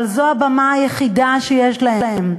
אבל זו הבמה היחידה שיש להם.